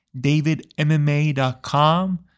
davidmma.com